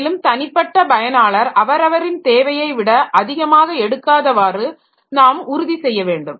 மேலும் தனிப்பட்ட பயனாளர் அவரவரின் தேவையை விட அதிகமாக எடுக்காதவாறு நாம் உறுதி செய்ய வேண்டும்